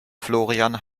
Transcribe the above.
florian